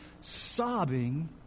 sobbing